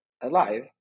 alive